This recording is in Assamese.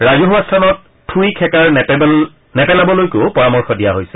ৰাজহুৱা স্থানত থুই খেকাৰ নেপেলাবলৈয়ো পৰামৰ্শ দিয়া হৈছে